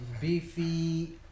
beefy